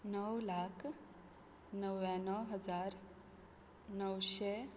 णव लाख णव्याणव हजार णवशें